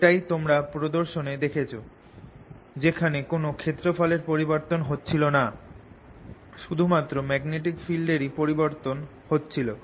এটাই তোমরা প্রদর্শন এ দেখছ যেখানে কোন ক্ষেত্রফল এর পরিবর্তন হচ্ছিল না শুধু মাত্র ম্যাগনেটিক ফিল্ড এরই পরিবর্তন হচ্ছিল